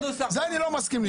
זה אני לא מסכים לשמוע.